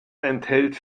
enthält